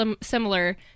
similar